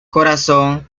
corazón